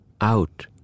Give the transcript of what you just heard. Out